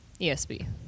ESB